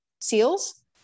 seals